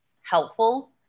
helpful